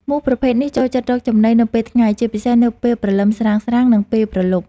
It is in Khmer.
មូសប្រភេទនេះចូលចិត្តរកចំណីនៅពេលថ្ងៃ ជាពិសេសនៅពេលព្រលឹមស្រាងៗ និងពេលព្រលប់។